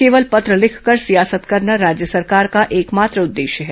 केवल पत्र लिखकर सियासत करना राज्य सरकार का एकमात्र उद्देश्य है